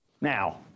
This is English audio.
Now